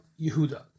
Yehuda